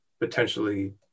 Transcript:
potentially